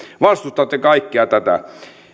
vastustatte kaikkea tätä